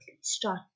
start